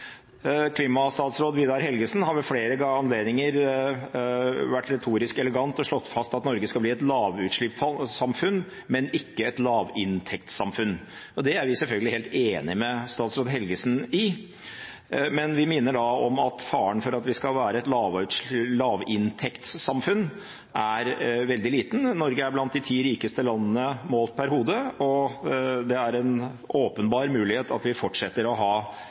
Klimastatsråd Vidar Helgesen har ved flere anledninger vært retorisk elegant og slått fast at Norge skal bli et lavutslippssamfunn, men ikke et lavinntektssamfunn. Det er vi selvfølgelig helt enige med statsråd Helgesen i, men vi minner da om at faren for at vi skal bli et lavinntektssamfunn er veldig liten. Norge er blant de ti rikeste landene målt per hode, og det er en åpenbar mulighet for at vi fortsetter å ha